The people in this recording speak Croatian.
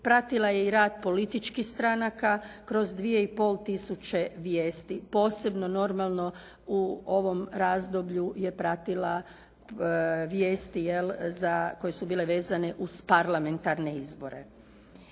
Pratila je i rad političkih stranaka kroz 2 i pol tisuće vijesti, posebno normalno u ovom razdoblju je pratila vijesti koje su bile vezane uz parlamentarne izbore.